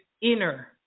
inner